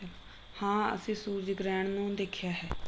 ਹਾਂ ਅਸੀਂ ਸੂਰਜ ਗ੍ਰਹਿਣ ਨੂੰ ਦੇਖਿਆ ਹੈ